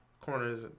corners